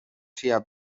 czyja